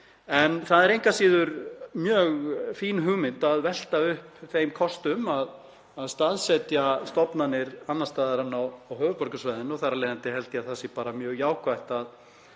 En það eru engu að síður mjög fín hugmynd að velta upp þeim kostum að staðsetja stofnanir annars staðar en á höfuðborgarsvæðinu. Þar af leiðandi held ég að það sé bara mjög jákvætt að